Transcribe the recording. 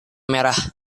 merah